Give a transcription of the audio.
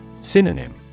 Synonym